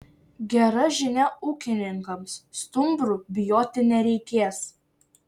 gera žinia ūkininkams stumbrų bijoti nereikės